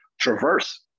traverse